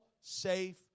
safe